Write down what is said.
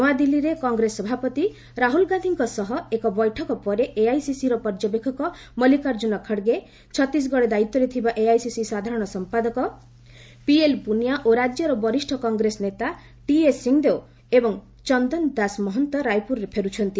ନୂଆଦିଲ୍ଲୀରେ କଂଗ୍ରେସ ସଭାପତି ରାହୁଳ ଗାନ୍ଧୀଙ୍କ ସହ ଏକ ବୈଠକ ପରେ ଏଆଇସିସିର ପର୍ଯ୍ୟବେକ୍ଷକ ମଲ୍ଲିକାର୍ଜୁନ ଖଡ୍ଗେ ଛତିଶଗଡ଼ ଦାୟିତ୍ୱରେ ଥିବା ଏଆଇସିସି ସାଧାରଣ ସମ୍ପାଦକ ପିଏଲ୍ ପୁନିଆ ଓ ରାଜ୍ୟର ବରିଷ୍ଣ କଂଗ୍ରେସ ନେତା ଟିଏସ୍ ସିଂଦେଓ ଏବଂ ଚନ୍ଦନ ଦାସ ମହନ୍ତ ରାୟପୁର ଫେରୁଛନ୍ତି